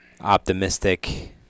optimistic